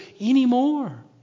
anymore